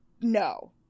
no